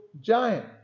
giant